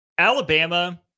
Alabama